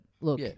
look